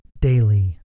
daily